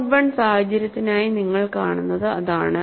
mode I സാഹചര്യത്തിനായി നിങ്ങൾ കാണുന്നത് അതാണ്